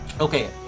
okay